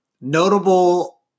Notable